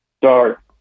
start